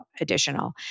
additional